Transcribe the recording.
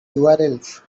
urls